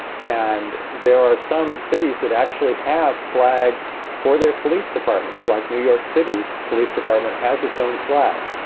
and there are some cities that actually have flags for their police departments like new york city's police department has its own flag.